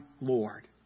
Lord